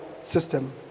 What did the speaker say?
system